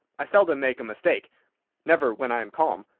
i seldom make a mistake never, when i am calm.